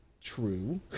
true